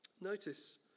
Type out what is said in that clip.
Notice